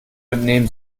entnehmen